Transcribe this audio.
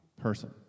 person